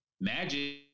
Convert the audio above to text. Magic